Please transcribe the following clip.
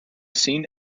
scene